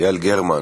יעל גרמן,